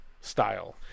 style